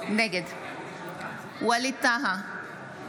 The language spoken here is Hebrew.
נגד ווליד טאהא,